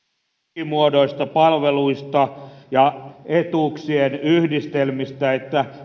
tukimuodoista palveluista ja etuuksien yhdistelmistä että